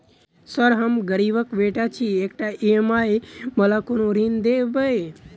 Sir हम गरीबक बेटा छी एकटा ई.एम.आई वला कोनो ऋण देबै?